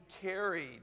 carried